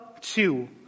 Two